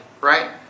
right